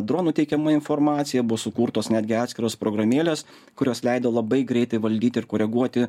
dronų teikiama informacija buvo sukurtos netgi atskiros programėlės kurios leido labai greitai valdyti ir koreguoti